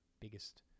biggest